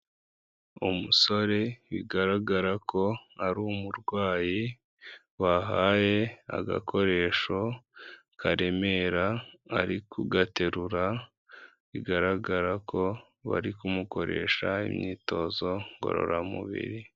Umusore bigaragara ko ari umurwayi, bahaye agakoresho karemera ari kugaterura, bigaragara ko bari kumukoresha imyitozo ngororamubiri.